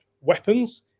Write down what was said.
weapons